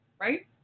right